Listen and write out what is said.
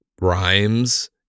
rhymes